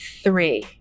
three